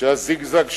שהזיגזג שלו,